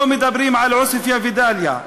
לא מדברים על עוספיא ודאליה,